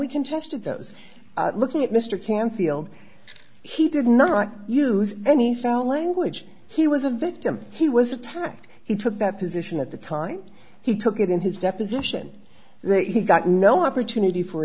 those looking at mr canfield he did not use any foul language he was a victim he was attacked he took that position at the time he took it in his deposition that he got no opportunity for